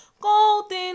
golden